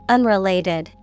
Unrelated